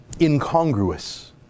incongruous